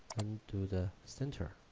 do the center,